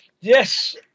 Yes